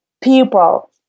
people